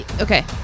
Okay